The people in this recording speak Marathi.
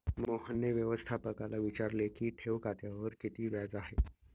मोहनने व्यवस्थापकाला विचारले की ठेव खात्यावर किती व्याज आहे?